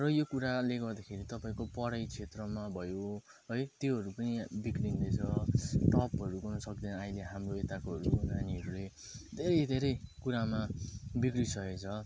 र यो कुराले गर्दाखेरि तपाईँको पढाइ क्षेत्रमा भयो है त्योहरू पनि बिग्रिँदैछ टपहरू गर्न सक्दैन अहिले हाम्रो यताको यो नानीहरूले धेरै धेरै कुरामा बिग्रिसकेको छ